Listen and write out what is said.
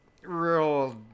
Real